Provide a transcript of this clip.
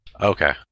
okay